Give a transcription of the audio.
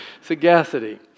Sagacity